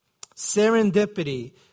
Serendipity